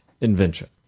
invention